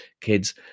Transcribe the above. kids